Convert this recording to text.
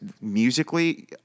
musically